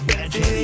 Magic